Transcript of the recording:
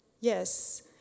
Yes